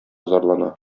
зарлана